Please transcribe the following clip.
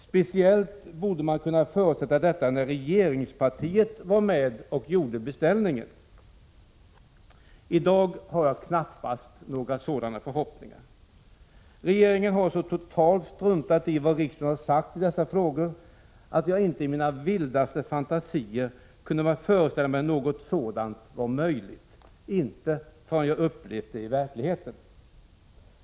Speciellt borde man kunna förutsätta detta om regeringspartiet var med och gjorde beställningen. I dag har jag knappast några sådana förhoppningar. Regeringen har så totalt struntat i vad riksdagen har sagt i dessa frågor, att jag inte i min vildaste fantasi kunde föreställa mig att något sådant var möjligt, förrän jag upplevt det i verkligheten.